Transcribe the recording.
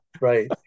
right